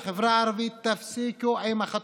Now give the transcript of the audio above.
לחברה הערבית: תפסיקו עם החתונות.